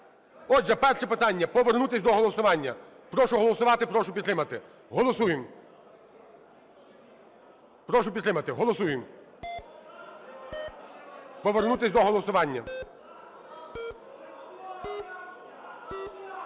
Отже, перше питання – повернутися до голосування. Прошу голосувати, прошу підтримати. Голосуємо. Прошу підтримати. Голосуємо. Повернутися до голосування.